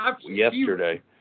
yesterday